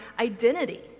identity